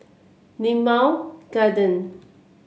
Limau Garden